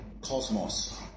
cosmos